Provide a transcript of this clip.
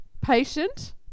Patient